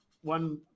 one